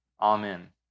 Amen